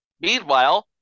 Meanwhile